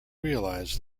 realize